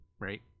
right